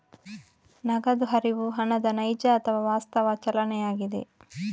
ನಗದು ಹರಿವು ಹಣದ ನೈಜ ಅಥವಾ ವಾಸ್ತವ ಚಲನೆಯಾಗಿದೆ